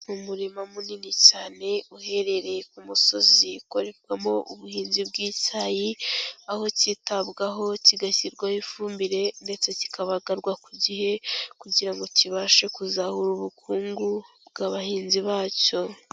Umurimo munini cyane, uherereye ku musozi ukorerwamo ubuhinzi bw'icyayi, aho cyitabwaho kigashyirwaho ifumbire, ndetse kikabagarwa ku gihe, kugira ngo kibashe kuzahura ubukungu bw'abahinzi bacyo.